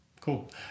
Cool